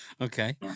Okay